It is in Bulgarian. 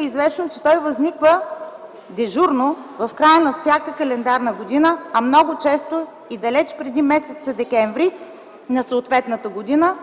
Известно е, че той възниква дежурно в края на всяка календарна година, а много често и далеч преди м. декември на съответната година